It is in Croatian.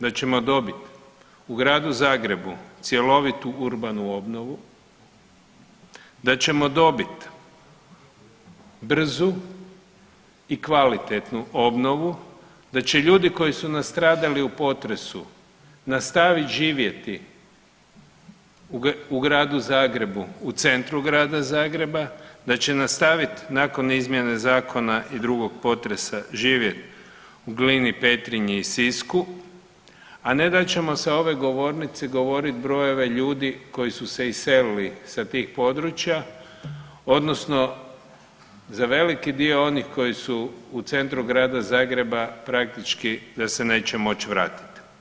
Da ćemo dobiti u Gradu Zagrebu cjelovitu urbanu obnovu, da ćemo dobiti brzu i kvalitetnu obnovu, da će ljudi koji su nastradali u potresu nastavit živjeti u Gradu Zagrebu, u centru Grada Zagreba, da će nastavit nakon izmjene zakona i drugog potresa živjet u Glini, Petrinji i Sisku, a ne da ćemo sa ove govornice govorit brojeve ljude koji su se iselili sa tih područja odnosno za veliki dio onih koji su u centru Grada Zagreba praktički da se neće moći vratiti.